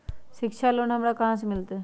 शिक्षा लोन हमरा कहाँ से मिलतै?